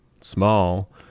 small